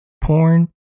porn